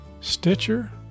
Stitcher